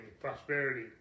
prosperity